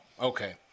Okay